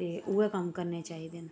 ते उऐ कम्म करने चाही दे न